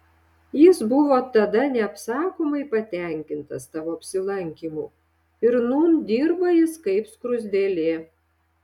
jis buvo tada neapsakomai patenkintas tavo apsilankymu ir nūn dirba jis kaip skruzdėlė